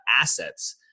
assets